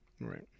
right